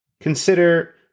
Consider